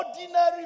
ordinary